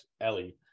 Ellie